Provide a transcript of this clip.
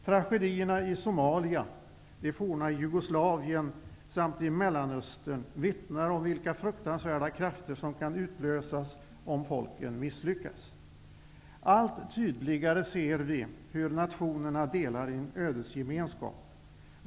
Tragedierna i Somalia, i det forna Jugoslavien samt i Mellanöstern vittnar om vilka fruktansvärda krafter som kan utlösas om folken misslyckas. Allt tydligare ser vi hur nationerna delar en ödesgemenskap.